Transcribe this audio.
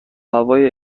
هوای